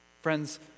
Friends